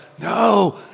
no